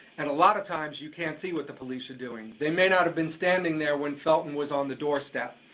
and a lot of times, you can't see what the police are doing. they might not have been standing there when felton was on the doorstep.